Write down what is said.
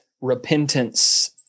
repentance